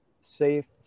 safe